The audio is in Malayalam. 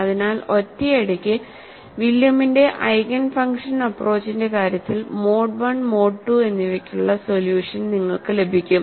അതിനാൽ ഒറ്റയടിക്ക് വില്യമിന്റെ ഐഗേൻ ഫംഗ്ഷൻ അപ്പ്രോച്ചിന്റെ കാര്യത്തിൽ മോഡ് I മോഡ് II എന്നിവയ്ക്കുള്ള സൊല്യൂഷൻ നിങ്ങൾക്ക് ലഭിക്കും